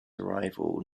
arrival